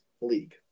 league